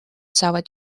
saavad